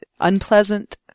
unpleasant